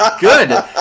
good